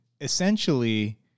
essentially